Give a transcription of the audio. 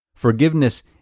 Forgiveness